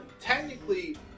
technically